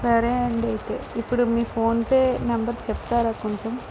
సరే అండి అయితే ఇప్పుడు మీ ఫోన్పే నంబర్ చెప్తారా కొంచెం